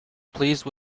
pleased